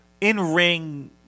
in-ring